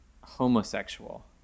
homosexual